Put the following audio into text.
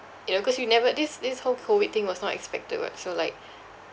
you know cause you never this this whole COVID thing was not expected [what] so like